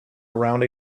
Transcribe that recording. around